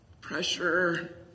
pressure